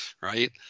right